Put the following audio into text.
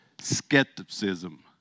Skepticism